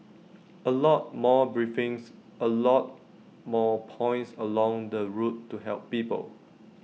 A lot more briefings A lot more points along the route to help people